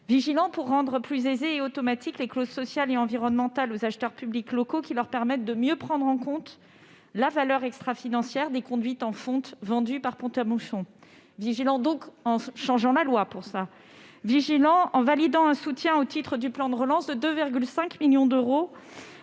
Vigilants pour rendre plus aisées et automatiques les clauses sociales et environnementales aux acheteurs publics locaux, qui leur permettent de mieux prendre en compte la valeur extrafinancière des conduites en fonte vendues par Pont-à-Mousson. Vigilants donc, en changeant la loi pour cela. Vigilants en validant un soutien au titre du plan de relance de 2,5 millions d'euros